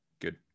good